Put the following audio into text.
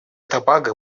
тобаго